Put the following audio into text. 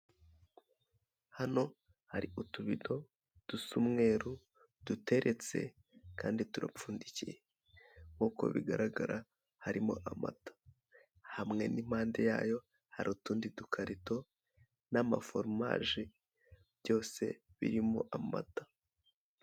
Hano harimo utubido dusa umweru, duteretse kandi turapfundikiye. Nkuko bigaragara harimo amata. Hamwe n'impande yayo hari utundi dukarito, n'amaforumaje byose birimo amata.